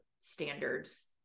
standards